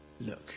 Look